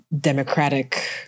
democratic